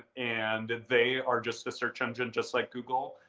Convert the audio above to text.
and they are just a search engine just like google,